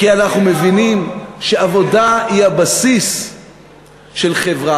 כי אנחנו מבינים שעבודה היא הבסיס של חברה.